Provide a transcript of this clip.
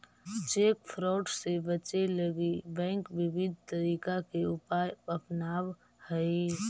cheque fraud से बचे लगी बैंक विविध तरीका के उपाय अपनावऽ हइ